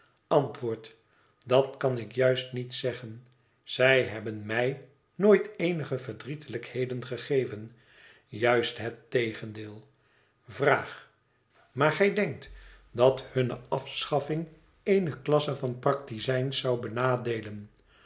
antwoord dat kan ik juist niet zeggen zij hebben mij nooit eenige verdrietelijkheden gegeven juist het tegendeel vraag maar gij denkt dat hunne afschaffing eene klasse van praktizijns zou benadeelen